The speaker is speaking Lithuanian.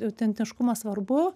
autentiškumas svarbu